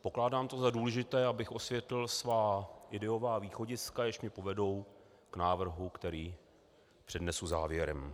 Pokládám to za důležité, abych osvětlil svá ideová východiska, jež mě povedou k návrhu, který přednesu závěrem.